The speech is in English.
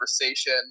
conversation